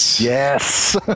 Yes